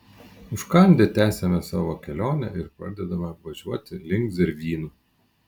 užkandę tęsiame savo kelionę ir pradedame važiuoti link zervynų